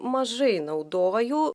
mažai naudoju